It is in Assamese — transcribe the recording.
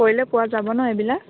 কৰিলে পোৱা যাব ন এইবিলাক